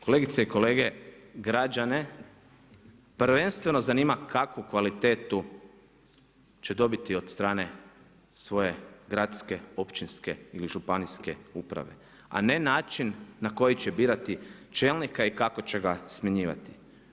Kolegice i kolege, građane prvenstveno zanima kakvu kvalitetu će dobiti od strane svoje gradske, općinske ili županijske uprave a ne način na koji će birati čelnika i kako će ga smjenjivati.